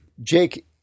Jake